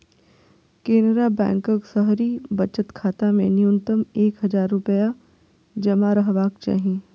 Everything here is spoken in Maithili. केनरा बैंकक शहरी बचत खाता मे न्यूनतम एक हजार रुपैया जमा रहबाक चाही